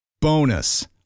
Bonus